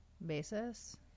Basis